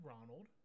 Ronald